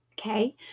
Okay